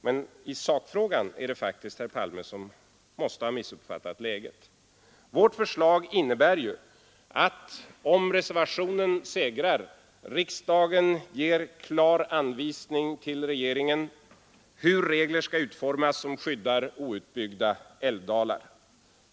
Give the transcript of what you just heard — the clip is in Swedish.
Men i sakfrågan är det faktiskt herr Palme som måste ha missuppfattat läget. Vårt förslag innebär ju att, om reservationen segrar, riksdagen ger klar anvisning till regeringen om hur regler skall utformas som skyddar outbyggda älvdalar.